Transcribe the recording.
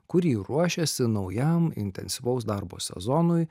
kur ji ruošiasi naujam intensyvaus darbo sezonui